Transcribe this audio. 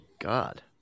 God